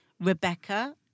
Rebecca